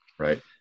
Right